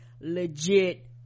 legit